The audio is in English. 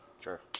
sure